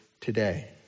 today